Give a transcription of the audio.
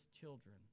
children